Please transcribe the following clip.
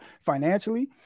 financially